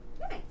Nice